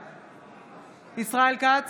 בעד ישראל כץ,